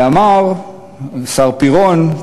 אמר השר פירון,